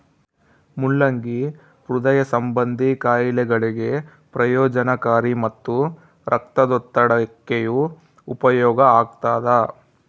ಮುಲ್ಲಂಗಿ ಹೃದಯ ಸಂಭಂದಿ ಖಾಯಿಲೆಗಳಿಗೆ ಪ್ರಯೋಜನಕಾರಿ ಮತ್ತು ರಕ್ತದೊತ್ತಡಕ್ಕೆಯೂ ಉಪಯೋಗ ಆಗ್ತಾದ